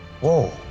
Whoa